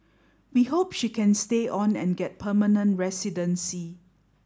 we hope she can stay on and get permanent residency